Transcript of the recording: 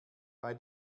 bei